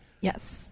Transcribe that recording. Yes